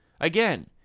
Again